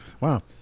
Wow